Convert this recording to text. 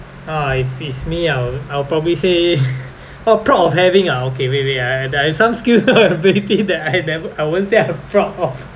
uh if it's me I'll I'll probably say orh proud of having ah okay wait wait ah I have some skill ability that I nev~ I won't say I'm proud of